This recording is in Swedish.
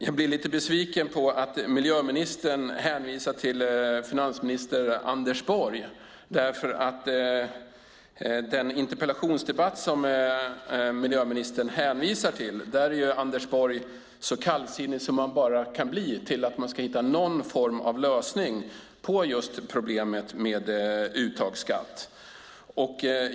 Jag blir lite besviken på att miljöministern hänvisar till finansminister Anders Borg. I den interpellationsdebatt som miljöministern hänvisar till är Anders Borg så kallsinnig som man bara kan bli till att man ska hitta någon form av lösning på just problemet med uttagsskatt.